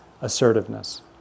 assertiveness